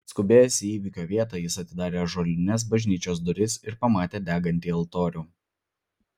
atskubėjęs į įvykio vietą jis atidarė ąžuolines bažnyčios duris ir pamatė degantį altorių